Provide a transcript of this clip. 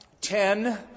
Ten